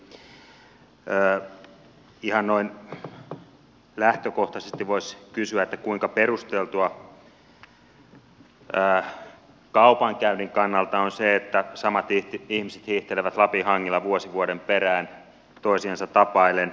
ihan noin lähtökohtaisesti voisi kysyä kuinka perusteltua kaupankäynnin kannalta on se että samat ihmiset hiihtelevät lapin hangilla vuosi vuoden perään toisiansa tapaillen